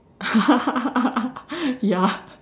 ya